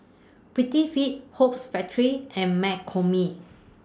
Prettyfit Hoops Factory and McCormick